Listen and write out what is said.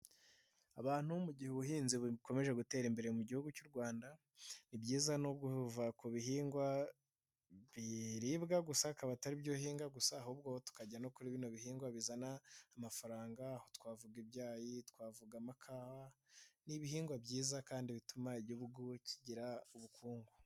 Abantu mu gihe ubuhinzi bukomeje gutera imbere mu Gihugu cy'u Rwanda, ni byiza no kuva ku bihingwa biribwa gusa akaba atari byo uhinga gusa, ahubwo tukajya no kuri bino bihingwa bizana amafaranga aho twavuga ibyayi, twavuga amakawa, ni ibihingwa byiza kandi bituma Igihugu kigira ubukungu.